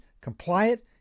compliant